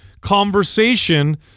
conversation